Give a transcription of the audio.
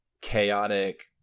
chaotic